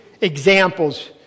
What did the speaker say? examples